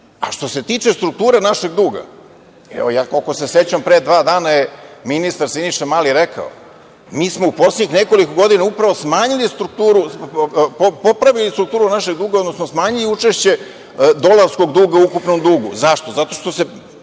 se tiče strukture našeg duga, evo, koliko se sećam, pre dva dana je ministar Siniša Mali rekao – mi smo u poslednjih nekoliko godina upravo smanjili strukturu, popravili strukturu našeg duga, odnosno smanjili učešće dolarskog duga u ukupnom dugu. Zašto? Zato što se